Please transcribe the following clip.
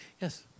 yes